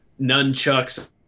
nunchucks –